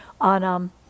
on